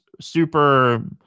super –